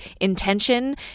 intention